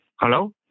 Hello